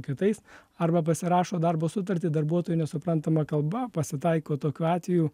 kitais arba pasirašo darbo sutartį darbuotojui nesuprantama kalba pasitaiko tokių atvejų